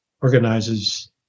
organizes